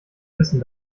wissen